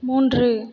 மூன்று